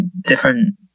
different